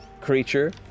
creature